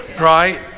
right